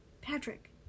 Patrick